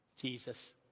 Jesus